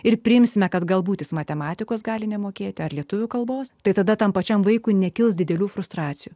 ir priimsime kad galbūt jis matematikos gali nemokėti ar lietuvių kalbos tai tada tam pačiam vaikui nekils didelių frustracijų